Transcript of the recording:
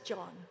John